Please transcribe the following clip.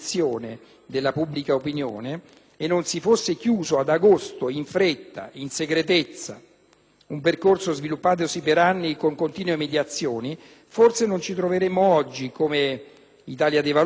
della pubblica opinione, e non si fosse chiuso ad agosto, in fretta ed in segretezza, un percorso sviluppatosi per anni con continue mediazioni, forse non ci ritroveremmo oggi, come Italia dei Valori,